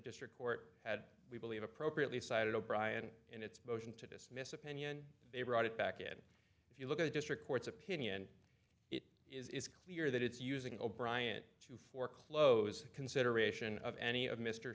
district court that we believe appropriately cited o'brian in its motion to dismiss opinion they brought it back it if you look at district court's opinion it is clear that it's using o'bryant to foreclose consideration of any of mr